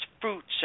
fruits